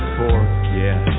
forget